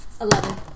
Eleven